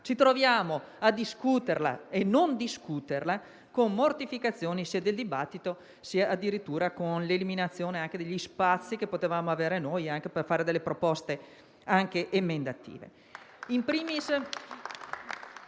ci troviamo a discutere e a non discutere, con mortificazione del dibattito, addirittura con l'eliminazione degli spazi che potevamo avere anche per fare delle proposte emendative.